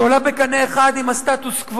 שעולה בקנה אחד עם הסטטוס-קוו.